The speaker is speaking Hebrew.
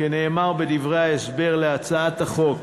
כנאמר בדברי ההסבר להצעת החוק,